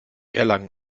erlangen